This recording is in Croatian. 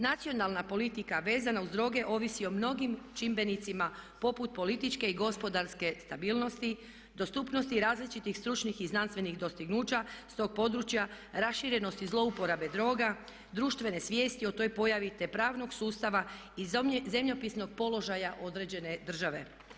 Nacionalna politika vezana uz droge ovisi o mnogim čimbenicima poput političke i gospodarske stabilnosti, dostupnosti različitih stručnih i znanstvenih dostignuća s tog područja, raširenosti zlouporabe droga, društvene svijesti o toj pojavi te pravnog sustava i zemljopisnog položaja određene države.